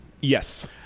Yes